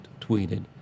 tweeted